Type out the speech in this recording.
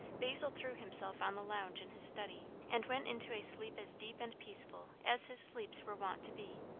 basil threw himself on the lounge in his study, and went into a sleep as deep and peaceful as his sleeps were wont to be.